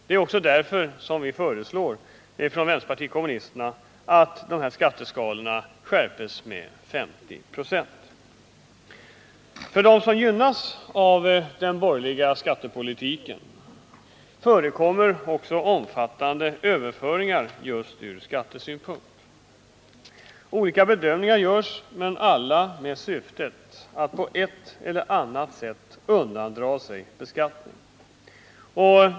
Det är också därför som vpk föreslår att dessa skatteskalor skärpes med 50 94. Bland dem som gynnas av den borgerliga skattepolitiken förekommer omfattande överföringar just ur skattesynpunkt. Olika bedömningar görs men alla med syftet att på ett eller annat sätt undandra sig beskattning.